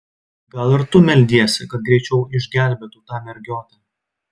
gal ir tu meldiesi kad greičiau išgelbėtų tą mergiotę